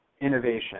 innovation